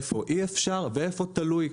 איפה אי אפשר ואיפה תלוי.